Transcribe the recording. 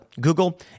Google